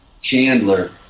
Chandler